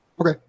Okay